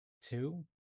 Two